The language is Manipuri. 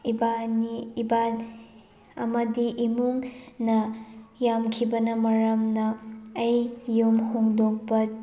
ꯏꯕꯥꯅꯤ ꯑꯃꯗꯤ ꯏꯃꯨꯡꯅ ꯌꯥꯝꯈꯤꯕꯅ ꯃꯔꯝꯅ ꯑꯩ ꯌꯨꯝ ꯍꯣꯡꯗꯣꯛꯄ